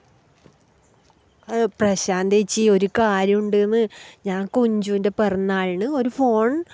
പ്രശാന്ത ചേച്ചീ ഒരു കാര്യം ഉണ്ടെന്ന് ഞാൻ കുഞ്ചുവിൻ്റെ പിറന്നാളിന് ഒരു ഫോൺ